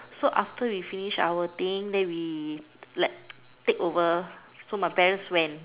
so after we finish our thing then we like take over so my parents went